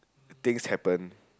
things happen